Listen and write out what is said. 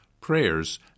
prayers